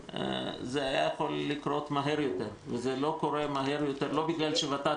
זה היה יכול לקרות מהר יותר וזה לא קורה מהר יותר לא בגלל שות"ת